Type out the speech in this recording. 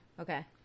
Okay